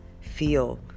feel